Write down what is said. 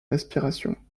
respiration